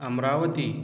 Amravati